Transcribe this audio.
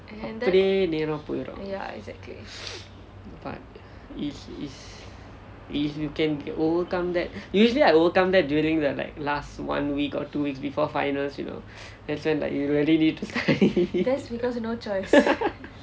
அப்படியே நேரா போயிரும்:appadiye naeraa poirum but if it's if you can overcome that usually I overcome that during the like last one week or two weeks before finals you know that's when like you really need to study